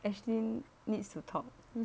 ashlyn needs to talk